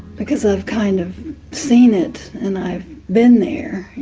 because i've kind of seen it and i've been there